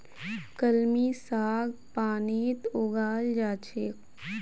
कलमी साग पानीत उगाल जा छेक